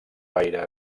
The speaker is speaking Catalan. gaire